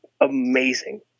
amazing